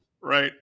Right